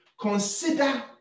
consider